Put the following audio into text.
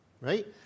right